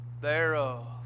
thereof